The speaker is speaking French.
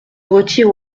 retire